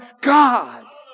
God